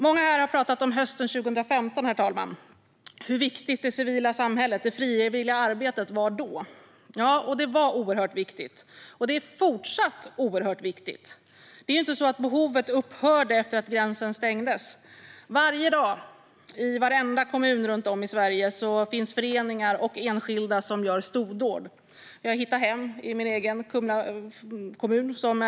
Många här har pratat om hösten 2015, herr talman, och hur viktigt det civila samhället och det frivilliga arbetet var då. Ja, det var oerhört viktigt, och det är fortsatt oerhört viktigt. Det är inte så att behovet upphörde efter att gränsen stängdes. Varje dag i varenda kommun runt om i Sverige finns föreningar och enskilda som gör stordåd. Vi har Hitta Hem i min egen kommun Kumla.